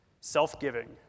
self-giving